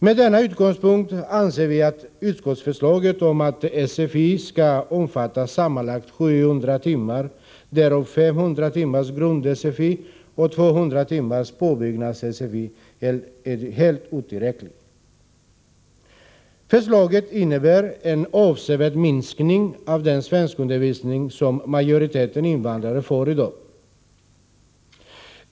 Med denna utgångspunkt anser vi att utskottsförslaget om att SFI, dvs. svenska för invandrare, skall omfatta sammanlagt 700 timmar, därav 500 timmar grund-SFI och 200 timmar påbyggnads-SFI, är helt otillräckligt. Förslaget innebär en avsevärd minskning av den svenskundervisning som majoriteten invandrare får i dag.